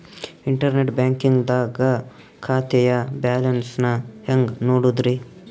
Internet banking ದಾಗ ಖಾತೆಯ balance ನ ಹೆಂಗ್ ನೋಡುದ್ರಿ?